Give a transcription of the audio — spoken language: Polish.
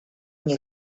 nie